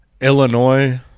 illinois